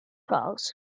files